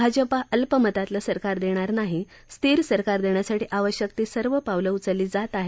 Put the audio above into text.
भाजपा अल्पमतातलं सरकार देणार नाही स्थिर सरकार देण्यासाठी आवश्यक ती सर्व पावलं उचलली जात आहेत